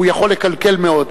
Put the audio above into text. הוא יכול לקלקל מאוד.